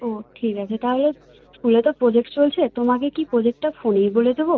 ও ঠিক আছে তাহলে স্কুলে তো প্রোজেক্ট চলছে তোমাকে কি প্রোজেক্টটা ফোনেই বলে দেবো